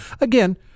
again